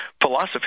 philosophy